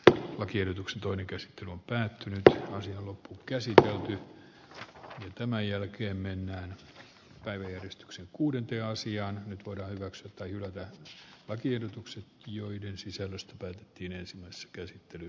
allekirjoituksen toinen käsky on päättynyt ja asia käsitellä on tämän jälkeen mennään nyt voidaan hyväksyä tai hylätä lakiehdotukset joiden sisällöstä päätettiin ensimmäisessäkäsittely